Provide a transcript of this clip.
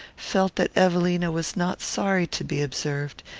felt that evelina was not sorry to be observed,